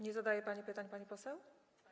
Nie zadaje pani pytań, pani poseł?